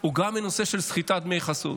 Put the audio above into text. הוא גם הנושא של סחיטת דמי חסות,